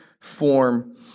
form